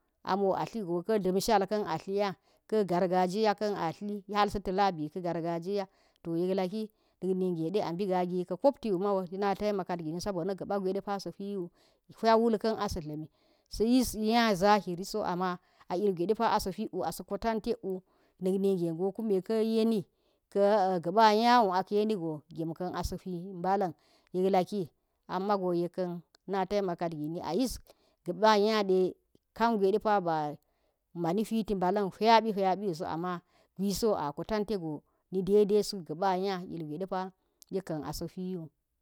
Amo i tli go ka̱ dam shal kan a tli ya ka̱, garga jiya kan a tli harfa labi ka̱ gargajiya to yek laki nak nige de a mbiga gi ka kapti wu ma go, yek na taimakat gini sabo nag aba gwe sa hwu, huwawul kan a sa tlami. Sa lis nya za hiri so ama a- ilgwe depa a sahwuk wu a sa kotantek wu na̱k nige go kun ka̱ yeni ka̱ ga̱ɓa̱ yawu a ka̱ yemi go gem ka̱n a sa hwu mba̱la̱n yek laki am ma go ye ka̱n na taimakat gi ni a yis ga̱ ba̱ nya ɗe kang hu depa ba̱ mani hwiti mba̱lin huwabi huwabi wu so gawiso a kwatan to go ni ɗai ɗai suk ga̱ ba nya, ilgwe de pa yekan a sa huwi wu.